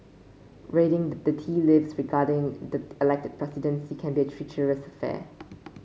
reading the tea leaves regarding the elected presidency can be a treacherous affair